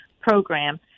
program